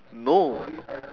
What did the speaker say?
no